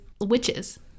witches